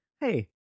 hey